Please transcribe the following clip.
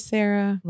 Sarah